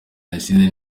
jenoside